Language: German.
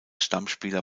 stammspieler